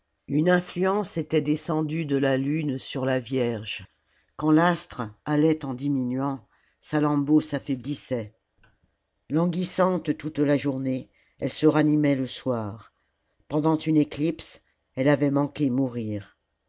une influence était descendue de la lune sur la vierge quand l'astre allait en diminuant salammbô s'afipaiblissait languissante toute la journée elle se ranimait le soir rendant une éclipse elle avait manqué mourir